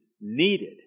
needed